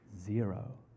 Zero